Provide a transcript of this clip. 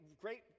great